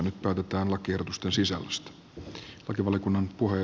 nyt päätetään lakiehdotusten sisällöstä